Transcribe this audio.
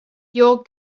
your